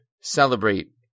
celebrate